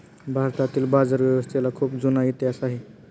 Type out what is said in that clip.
भारतातील बाजारव्यवस्थेला खूप जुना इतिहास आहे